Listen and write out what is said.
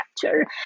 capture